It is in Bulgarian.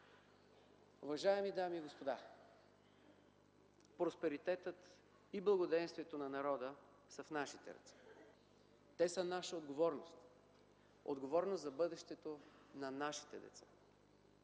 Уважаеми дами и господа, просперитетът и благоденствието на народа са в нашите ръце. Те са наша отговорност – отговорност за бъдещето на нашите деца.